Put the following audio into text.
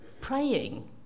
praying